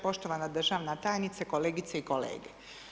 Poštovana državna tajnice, kolegice i kolege.